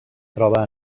troba